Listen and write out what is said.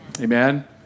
Amen